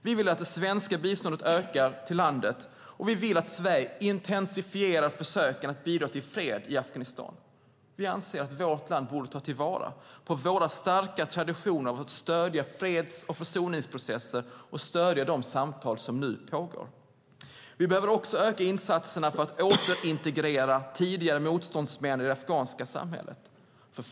Vi vill att det svenska biståndet ökar till landet, och vi vill att Sverige intensifierar försöken att bidra till fred i Afghanistan. Vi anser att vårt land borde ta till vara våra starka traditioner av att stödja freds och försoningsprocesser och stödja de samtal som pågår. Vi behöver öka insatserna för att återintegrera tidigare motståndsmän i det afghanska samhället.